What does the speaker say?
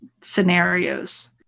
scenarios